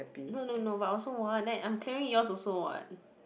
no no no but I also want then I'm carrying yours also what